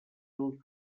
del